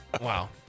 Wow